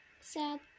Sad